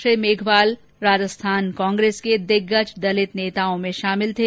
श्री मेघवाल राजस्थान कांग्रेस के दिग्गज दलित नेताओं में शामिल थे